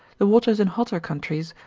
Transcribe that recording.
the waters in hotter countries,